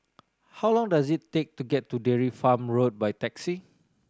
how long does it take to get to Dairy Farm Road by taxi